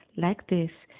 like this,